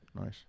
nice